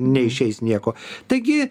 neišeis nieko taigi